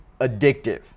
addictive